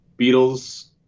beatles